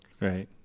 Right